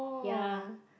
ya